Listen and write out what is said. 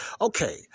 Okay